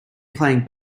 playing